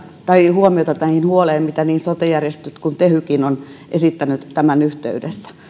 huomiota näihin huoliin mitä niin sote järjestöt kuin tehykin ovat esittäneet tämän yhteydessä